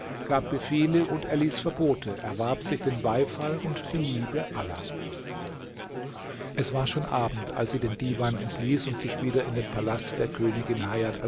gab befehle und erließ verbote erwarb sich den beifall und die liebe aller es war schon abend als sie den divan entließ und sich wieder in den palast der königin